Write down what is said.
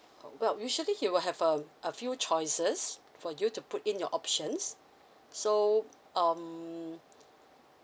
uh well usually you will have um a few choices for you to put in your options so um